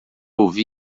ouvi